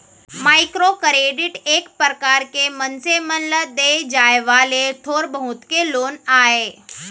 micro credit एक परकार के मनसे मन ल देय जाय वाले थोर बहुत के लोन आय